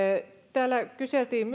täällä kyseltiin